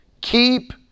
keep